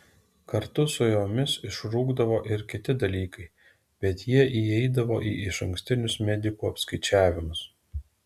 kartu su jomis išrūkdavo ir kiti dalykai bet jie įeidavo į išankstinius medikų apskaičiavimus